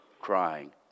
crying